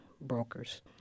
brokers